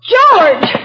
George